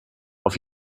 auf